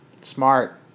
Smart